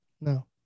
No